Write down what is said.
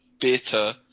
better